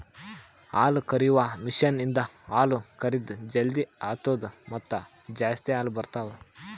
ಹಾಲುಕರೆಯುವ ಮಷೀನ್ ಇಂದ ಹಾಲು ಕರೆದ್ ಜಲ್ದಿ ಆತ್ತುದ ಮತ್ತ ಜಾಸ್ತಿ ಹಾಲು ಬರ್ತಾವ